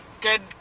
good